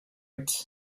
rates